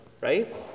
right